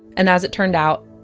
and as it turned out,